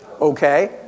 Okay